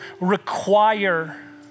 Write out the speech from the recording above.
require